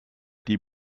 die